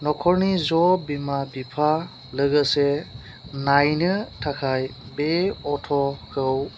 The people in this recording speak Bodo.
नखरनि ज' बिमा बिफा लोगोसे नायनो थाखाय बे अट'खौ